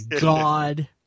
God